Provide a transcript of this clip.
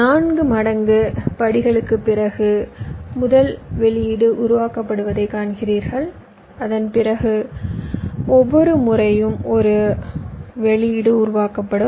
நான்கு மடங்கு படிகளுக்குப் பிறகு முதல் வெளியீடு உருவாக்கப்படுவதை காண்கிறீர்கள் அதன் பிறகு ஒவ்வொரு முறையும் ஒரு வெளியீடு உருவாக்கப்படும்